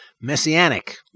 Messianic